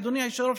אדוני היושב-ראש,